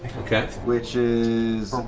which is